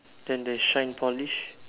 then the shine polish